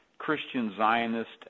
Christian-Zionist